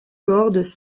cordes